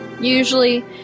Usually